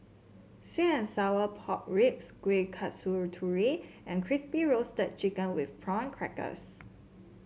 sweet and Sour Pork Ribs Kueh Kasturi and Crispy Roasted Chicken with Prawn Crackers